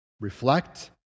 reflect